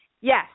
Yes